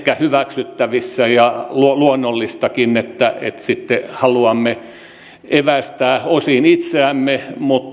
hyväksyttävissä ja luonnollistakin että sitten haluamme evästää osin itseämme mutta käyttää